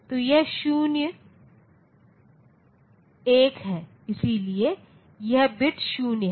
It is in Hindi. तो यह 0 1 है इसलिए यह बिट 0 है